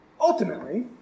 Ultimately